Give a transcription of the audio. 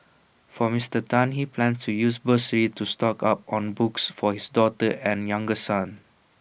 for Mister Tan he plans to use bursary to stock up on books for his daughter and younger son